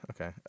okay